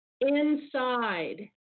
inside